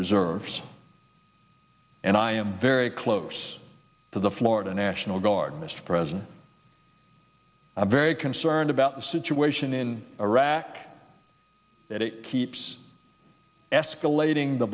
reserves and i am very close to the florida national guard mr president i'm very concerned about the situation in iraq that it keeps escalating the